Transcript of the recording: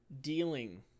dealing